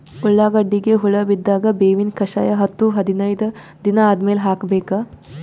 ಉಳ್ಳಾಗಡ್ಡಿಗೆ ಹುಳ ಬಿದ್ದಾಗ ಬೇವಿನ ಕಷಾಯ ಹತ್ತು ಹದಿನೈದ ದಿನ ಆದಮೇಲೆ ಹಾಕಬೇಕ?